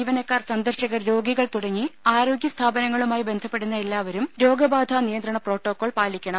ജിവനക്കാർ സന്ദർശകർ രോഗികൾ തുടങ്ങി ആരോഗ്യ സ്ഥാപനങ്ങളുമായി ബന്ധപ്പെടുന്ന എല്ലാവരും രോഗബാധാ നിയന്ത്രണ പ്രോട്ടോകോൾ പാലിക്കണം